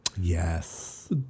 yes